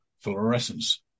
fluorescence